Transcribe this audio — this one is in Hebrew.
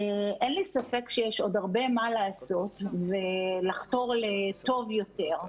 אין לי ספק שיש עוד הרבה מה לעשות ולחתור לטוב יותר,